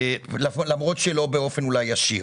למרות שאולי לא באופן ישיר.